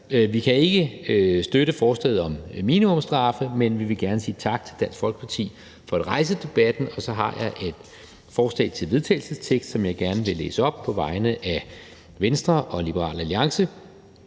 vi kan ikke støtte forslaget om minimumsstraffe, men vi vil gerne sige tak til Dansk Folkeparti for at rejse debatten. Så har jeg et forslag til vedtagelse, som jeg gerne vil læse op på vegne af Venstre og Liberal Alliance.